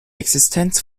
existenz